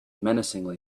menacingly